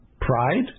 Pride